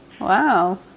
Wow